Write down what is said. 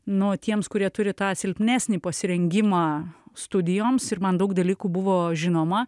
nu tiems kurie turi tą silpnesnį pasirengimą studijoms ir man daug dalykų buvo žinoma